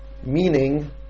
meaning